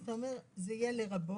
אז אתה אומר שזה יהיה לרבות,